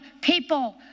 people